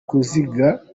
kuziga